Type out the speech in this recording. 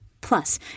Plus